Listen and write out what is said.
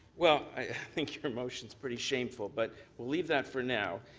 well, i think your motion is pretty shameful, but we'll leave that for now.